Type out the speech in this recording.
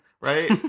right